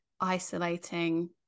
isolating